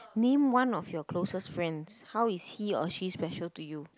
name one of your closest friends how is he or she special to you